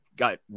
got